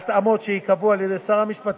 בהתאמות שייקבעו על-ידי שר המשפטים,